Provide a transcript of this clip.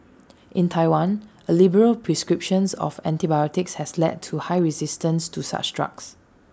in Taiwan A liberal prescriptions of antibiotics has led to high resistance to such drugs